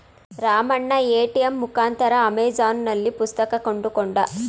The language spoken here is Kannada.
ರಾಮಣ್ಣ ಎ.ಟಿ.ಎಂ ಮುಖಾಂತರ ಅಮೆಜಾನ್ನಲ್ಲಿ ಪುಸ್ತಕ ಕೊಂಡುಕೊಂಡ